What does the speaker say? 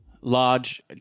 large